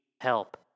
help